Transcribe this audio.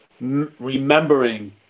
remembering